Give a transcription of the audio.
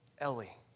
Ellie